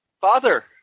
Father